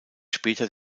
später